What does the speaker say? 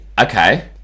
okay